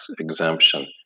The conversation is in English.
exemption